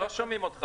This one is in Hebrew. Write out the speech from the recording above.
לא שומעים אותך,